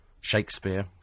Shakespeare